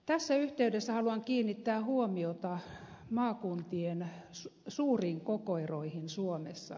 tässä yhteydessä haluan kiinnittää huomiota maakuntien suuriin kokoeroihin suomessa